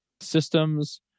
systems